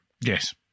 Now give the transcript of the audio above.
yes